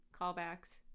callbacks